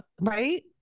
Right